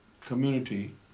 community